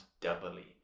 doubly